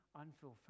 unfulfilled